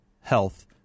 health